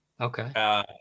Okay